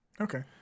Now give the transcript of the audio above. Okay